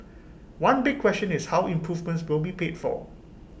one big question is how improvements will be paid for